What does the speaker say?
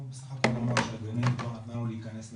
הוא אמר שבסך הכול הגננת לא נתנה לו להיכנס לגן.